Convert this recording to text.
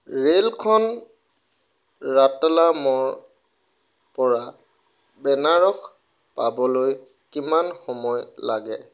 ৰে'লখন ৰাতলামৰ পৰা বেণাৰস পাবলৈ কিমান সময় লাগে